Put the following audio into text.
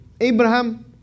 Abraham